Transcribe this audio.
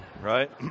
right